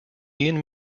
ian